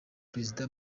perezida